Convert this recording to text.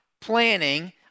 planning